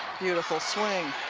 beautiful swing.